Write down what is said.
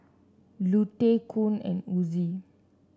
Lute Con and Ozie